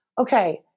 okay